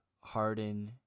Harden